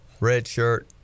redshirt